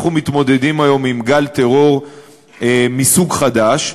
אנחנו מתמודדים היום עם גל טרור מסוג חדש.